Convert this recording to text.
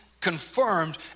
Confirmed